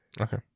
Okay